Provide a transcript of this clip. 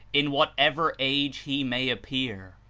in whatever age he may appear.